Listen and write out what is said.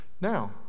Now